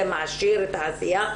זה מעשיר את העשייה,